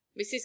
mrs